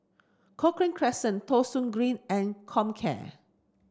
Cochrane Crescent Thong Soon Green and Comcare